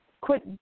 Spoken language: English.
quit